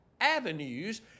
avenues